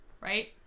right